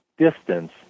distance